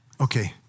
Okay